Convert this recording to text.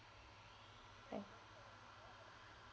thank